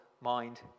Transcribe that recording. mind